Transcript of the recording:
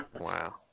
Wow